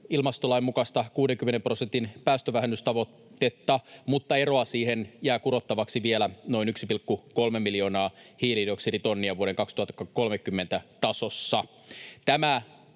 ilmastolain mukaista 60 prosentin päästövähennystavoitetta, mutta eroa siihen jää kurottavaksi vielä noin 1,3 miljoonaa hiilidioksiditonnia vuoden 2030 tasossa.